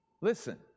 Listen